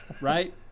right